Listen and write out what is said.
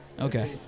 Okay